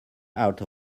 out